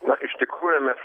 na iš tikrųjų mes